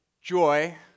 joy